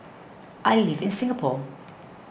I live in Singapore